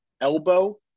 elbow